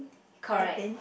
correct